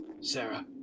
Sarah